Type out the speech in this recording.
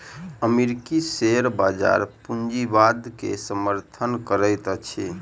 अमेरिकी शेयर बजार पूंजीवाद के समर्थन करैत अछि